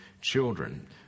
children